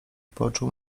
poczuł